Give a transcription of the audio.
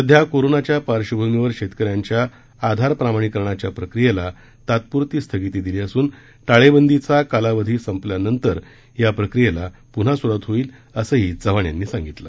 सध्या कोरोनाच्या पार्श्वभूमीवर शेतकऱ्यांच्या आधार प्रमाणिकरणाच्या प्रक्रियेला तात्पुरती स्थगित देण्यात आली असून टाळेबंदीचा कालावधी संपल्यानंतर या प्रक्रियेला पुन्हा सुरुवात होईल असंही चव्हाण यांनी सांगितलं